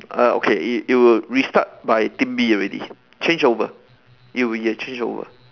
uh okay it it will restart by team B already change over it will be a change over